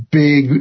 big